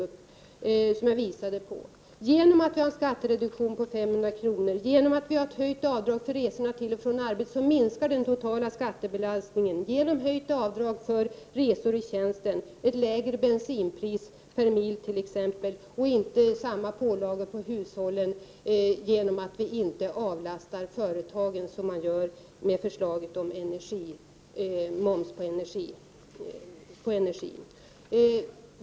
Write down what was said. Den totala skattebelastningen minskar genom att vi har en skattereduktion på 500 kr., ett höjt avdrag för resor till och från arbetet, höjt avdrag för resor i tjänsten, ett lägre bensinpris per mil, och genom att företagen inte avlastas — som skulle bli följden med förslaget om moms på energi — blir det mindre pålagor på hushållen.